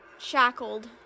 shackled